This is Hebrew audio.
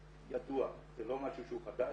ידוע, זה לא משהו שהוא חדש.